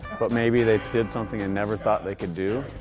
but maybe they did something they never thought they could do.